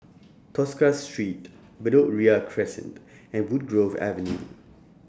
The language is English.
Tosca Street Bedok Ria Crescent and Woodgrove Avenue